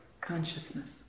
consciousness